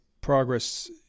progress